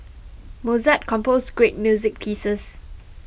Mozart composed great music pieces